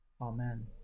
Amen